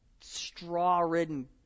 straw-ridden